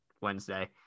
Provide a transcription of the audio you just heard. Wednesday